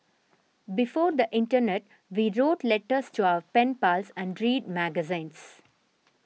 before the internet we wrote letters to our pen pals and read magazines